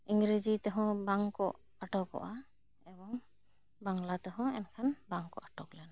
ᱤᱝᱨᱟᱹᱡᱤ ᱛᱮᱦᱚᱸ ᱵᱟᱝ ᱠᱚ ᱟᱴᱚᱠᱚᱜᱼᱟ ᱮᱵᱚᱝ ᱵᱟᱝᱞᱟ ᱛᱮᱦᱚᱸ ᱮᱱᱠᱷᱟᱱ ᱵᱟᱝ ᱠᱚ ᱟᱴᱚᱠ ᱞᱮᱱᱟ